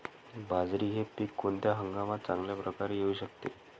बाजरी हे पीक कोणत्या हंगामात चांगल्या प्रकारे येऊ शकते?